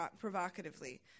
provocatively